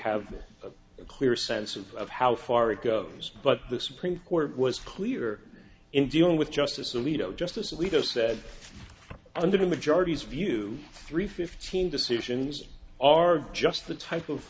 have a clear sense of how far it goes but the supreme court was clear in dealing with justice alito justice alito said under the majorities view three fifteen decisions are just the type of